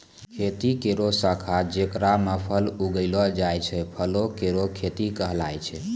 खेती केरो शाखा जेकरा म फल उगैलो जाय छै, फलो केरो खेती कहलाय छै